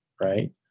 right